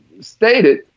stated